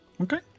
okay